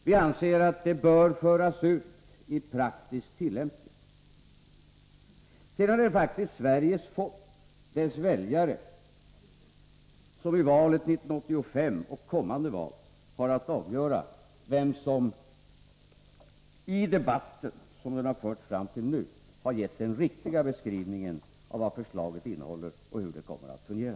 Vi anser att det bör föras ut i praktisk tillämpning. Sedan är det faktiskt svenska folket, väljarna, som i valet 1985 och kommande val har att avgöra vem som i debatten, som den har förts fram till nu, har gett den riktiga beskrivningen av vad förslaget innehåller och hur fonderna kommer att fungera.